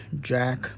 Jack